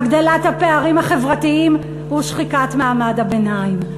הגדלת הפערים החברתיים ושחיקת מעמד הביניים.